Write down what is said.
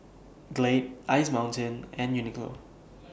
Glade Ice Mountain and Uniqlo